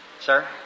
sir